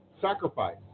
sacrifice